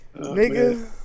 nigga